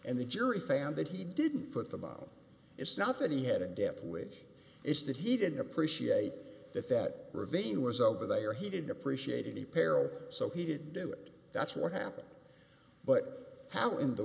and the jury found that he didn't put them out it's not that he had a death wish it's that he didn't appreciate that that ravine was over they are he didn't appreciate any peril so he didn't do it that's what happened but how in the